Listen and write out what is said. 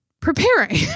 preparing